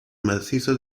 macizo